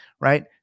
Right